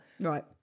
Right